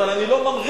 אבל אני לא ממריד.